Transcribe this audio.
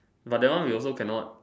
but that one we also cannot